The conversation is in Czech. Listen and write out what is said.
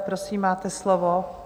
Prosím, máte slovo.